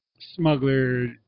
smuggler